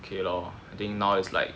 okay lor I think now is like